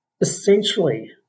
Essentially